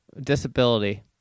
disability